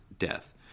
Death